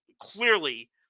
clearly